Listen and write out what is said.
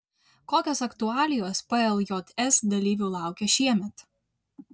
kokios aktualijos pljs dalyvių laukia šiemet